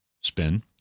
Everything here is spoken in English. spin